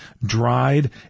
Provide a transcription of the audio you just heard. dried